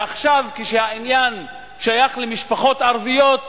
ועכשיו, כשהעניין שייך למשפחות ערביות,